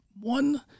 one